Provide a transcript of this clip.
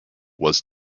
was